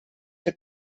que